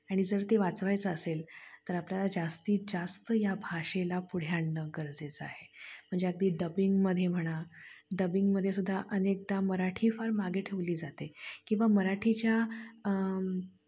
आणि जर ते वाचवायचं असेल तर आपल्याला जास्तीत जास्त या भाषेला पुढे आणणं गरजेचं आहे म्हणजे अगदी डबिंगमध्ये म्हणा डबिंगमधेसुद्धा अनेकदा मराठी फार मागे ठेवली जाते किंवा मराठीच्या